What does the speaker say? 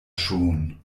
schon